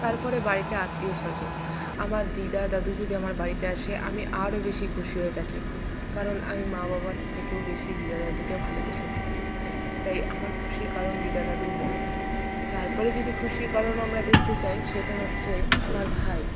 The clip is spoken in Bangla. তারপরে বাড়িতে আত্মীয়স্বজন আমার দিদা দাদু যদি আমার বাড়িতে আসে আমি আরও বেশি খুশি হয়ে থাকি কারণ আমি মা বাবার থেকেও বেশি দিদা দাদুকে ভালোবেসে থাকি তাই আমার খুশির কারণ দিদা দাদু হতে পারে তারপরে যদি খুশির কারণ আমরা দেখতে চাই সেটা হচ্ছে আমার ভাই